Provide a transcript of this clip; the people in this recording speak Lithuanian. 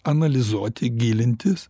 analizuoti gilintis